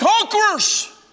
conquerors